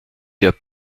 der